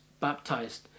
baptized